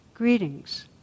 Greetings